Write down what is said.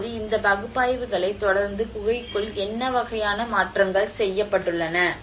இப்போது இந்த பகுப்பாய்வுகளைத் தொடர்ந்து குகைகளுக்குள் என்ன வகையான மாற்றங்கள் செய்யப்பட்டுள்ளன